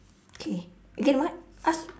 okay again what ask